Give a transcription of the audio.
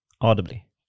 audibly